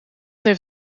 heeft